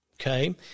okay